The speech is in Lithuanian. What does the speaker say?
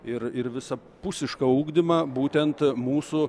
ir ir visapusišką ugdymą būtent mūsų